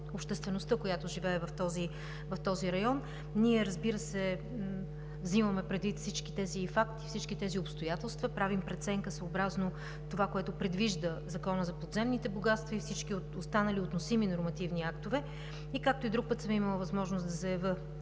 обществеността, която живее в този в този район. Ние, разбира се, взимаме предвид всички тези факти, всички тези обстоятелства, правим преценка съобразно това, което предвижда законът за подземните богатства и всички останали относими нормативни актове, и, както и друг път съм имала възможност да заявя